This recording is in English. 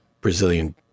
brazilian